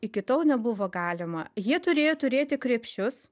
iki tol nebuvo galima jie turėjo turėti krepšius